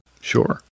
Sure